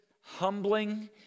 humbling